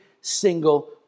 single